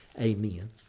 Amen